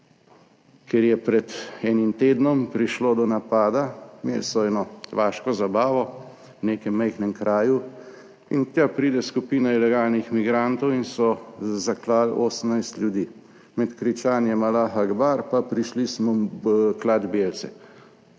kjer je pred enim tednom prišlo do napada. Imeli so eno vaško zabavo v nekem majhnem kraju in tja pride skupina ilegalnih migrantov in so zaklali 18 ljudi med kričanjem "alah akbar" pa "prišli smo klati belce".